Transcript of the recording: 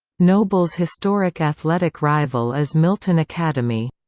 nobles' historic athletic rival is milton academy.